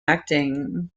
acting